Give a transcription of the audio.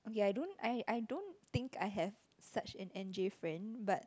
ya I don't I I don't I think I have such an Anjib friend but